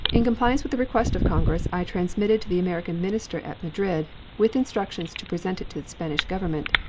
in compliance with the request of congress, i transmitted to the american minister at madrid, with instructions to present it to the spanish government,